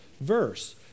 verse